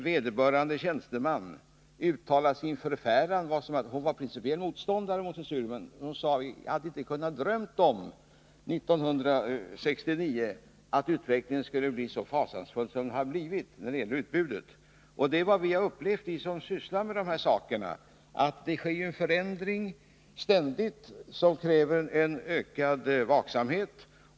Vederbörande tjänsteman, som var principiell motståndare till censur, uttalade sin förfäran inför vad som höll på att hända och sade att hon 1969 inte hade kunnat drömma om att utvecklingen skulle kunna bli så fasansfull som den har blivit när det gäller utbudet. Det är vad vi har upplevt, vi som sysslar med de här sakerna, att det ständigt sker en förändring som kräver en ökad vaksamhet.